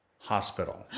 Hospital